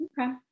okay